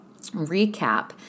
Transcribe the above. recap